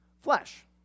flesh